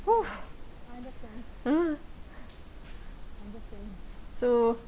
mm so